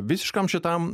visiškam šitam